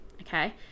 Okay